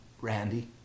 Randy